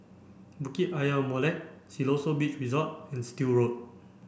Bukit Ayer Molek Siloso Beach Resort and Still Road